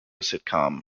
sitcom